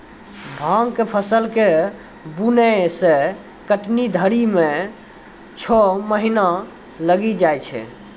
भाँग के फसल के बुनै से कटनी धरी मे छौ महीना लगी जाय छै